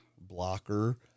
blocker